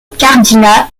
cardinal